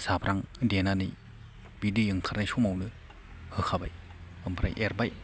जाब्रां देनानै बे दै ओंखारनाय समावनो होखाबाय ओमफ्राय एरबाय